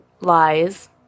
lies